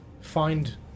find